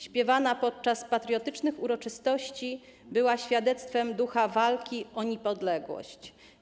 Śpiewana podczas patriotycznych uroczystości była świadectwem ducha walki o niepodległość.